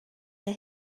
der